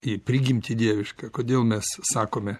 į prigimtį dievišką kodėl mes sakome